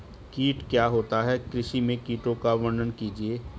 कीट क्या होता है कृषि में कीटों का वर्णन कीजिए?